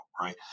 right